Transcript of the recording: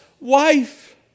wife